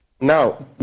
Now